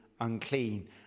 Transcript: unclean